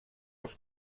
els